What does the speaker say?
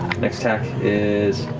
next attack is